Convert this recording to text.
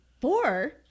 four